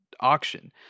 auction